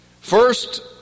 first